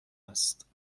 است